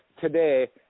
today